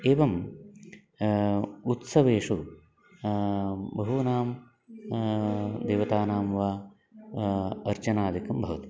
एवम् उत्सवेषु बहूनां देवतानां वा अर्चनादिकं भवति